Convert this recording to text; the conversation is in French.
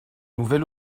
nouvelles